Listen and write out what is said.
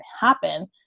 happen